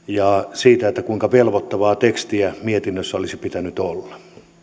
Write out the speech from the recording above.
siitä kuinka velvoittavaa tekstiä mietinnössä olisi pitänyt olla